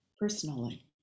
personally